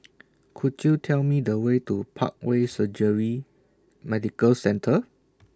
Could YOU Tell Me The Way to Parkway Surgery Medical Centre